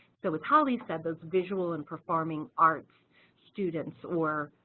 so as holly said, those visual and performing arts students or